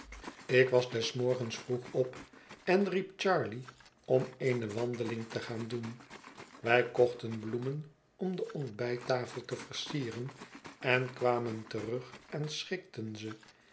ik was des morgens vroeg op en riep charley om eene wandeling te gaan doen wij kochten bloemen om de ontbijttafel te versieren en kwamen terug en schikten ze